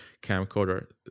camcorder